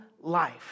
life